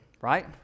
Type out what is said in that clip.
right